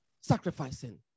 sacrificing